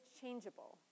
changeable